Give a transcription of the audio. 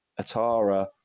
Atara